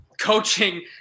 coaching